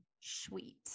sweet